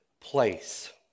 place